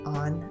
on